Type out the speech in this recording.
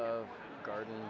of garden